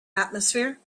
atmosphere